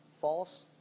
false